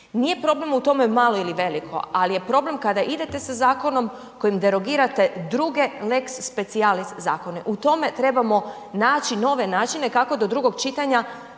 Nije problem u tome malo ili veliko, al je problem kada idete sa zakonom kojim derogirate druge lex specialis zakone. U tome trebamo naći nove načine kako do drugog čitanja